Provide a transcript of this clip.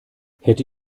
hätte